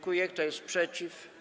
Kto jest przeciw?